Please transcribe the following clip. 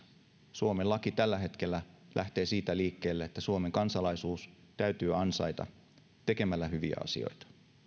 suomen laki tällä hetkellä lähtee siitä liikkeelle että suomen kansalaisuus täytyy ansaita tekemällä hyviä asioita